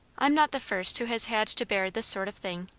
i'm not the first who has had to bear this sort of thing.